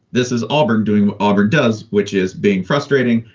this is auburn doing auburn does, which is being frustrating,